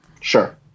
Sure